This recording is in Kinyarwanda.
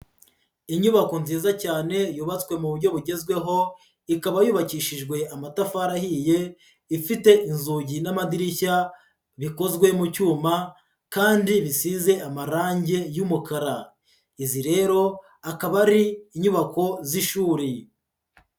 Inyubako nziza cyane yubatswe mu buryo bugezweho, ikaba yubakishijwe amatafari ahiye ifite inzugi n'amadirishya bikozwe mu cyuma kandi bisize amarange y'umukara, izi rero akaba ari inyubako z'ishuri.